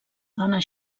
dona